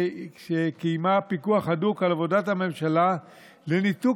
וקיימה פיקוח הדוק על עבודת הממשלה לניתוק